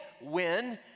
win